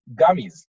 gummies